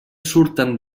surten